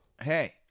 Hey